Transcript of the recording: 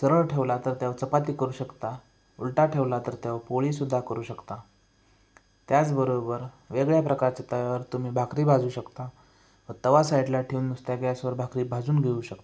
सरळ ठेवला तर त्यावर चपाती करू शकता उलटा ठेवला तर तेव्हा पोळीसुद्धा करू शकता त्याचबरोबर वेगळ्या प्रकारच्या तव्यावर तुम्ही भाकरी भाजू शकता व तवा साईडला ठेवून नुसत्या गॅसवर भाकरी भाजून घेऊ शकता